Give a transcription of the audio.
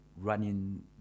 running